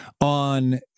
on